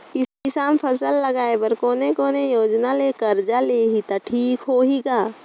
किसान फसल लगाय बर कोने कोने योजना ले कर्जा लिही त ठीक होही ग?